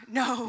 no